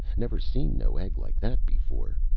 never seen no egg like that before.